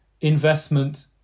investment